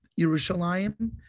Yerushalayim